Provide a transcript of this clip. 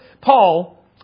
Paul